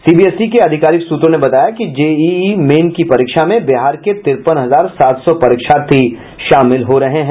CBSE के अधिकारिक सूत्रों ने बताया कि जेईई की परीक्षा में बिहार के तिरपन हजार सात सौ परीक्षार्थी शामिल हो रहे हैं